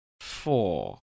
Four